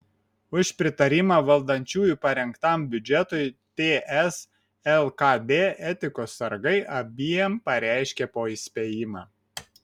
už pritarimą valdančiųjų parengtam biudžetui ts lkd etikos sargai abiem pareiškė po įspėjimą